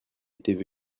étaient